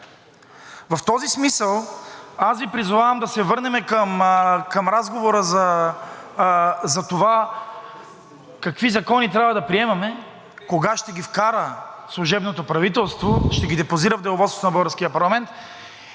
В този смисъл аз Ви призовавам да се върнем към разговора за това какви закони трябва да приемаме, кога ще ги вкара служебното правителство, ще ги депозира в Деловодството на българския парламент